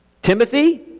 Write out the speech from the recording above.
Timothy